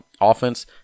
offense